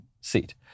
seat